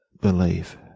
believe